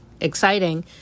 exciting